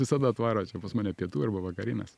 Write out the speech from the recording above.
visada atvaro čia pas mane pietų arba vakarienės